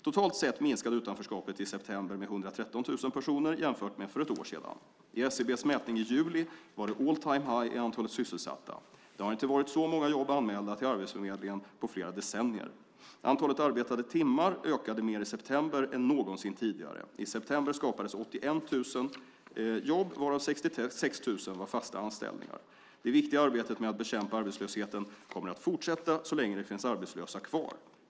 Totalt sett minskade utanförskapet i september med 113 000 personer jämfört med för ett år sedan. I SCB:s mätning i juli var det all-time-high i antalet sysselsatta. Det har inte varit så många jobb anmälda till arbetsförmedlingen på flera decennier. Antalet arbetade timmar ökade mer i september än någonsin tidigare. I september skapades 81 000 jobb, varav 66 000 var fasta anställningar. Det viktiga arbetet med att bekämpa arbetslösheten kommer att fortsätta så länge det finns arbetslösa kvar.